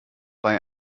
bei